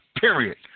period